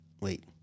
Wait